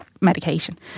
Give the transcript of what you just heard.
medication